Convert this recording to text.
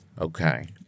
Okay